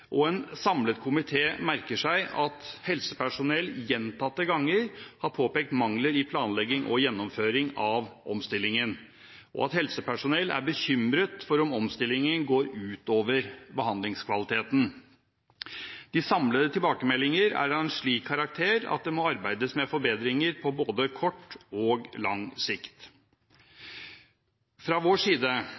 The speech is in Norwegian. En samlet komité merker seg også at helsepersonell gjentatte ganger har påpekt mangler i planlegging og gjennomføring av omstillingen, og at helsepersonell er bekymret for om omstillingen går ut over behandlingskvaliteten. De samlede tilbakemeldinger er av en slik karakter at det må arbeides med forbedringer på både kort og lang sikt. Fra vår side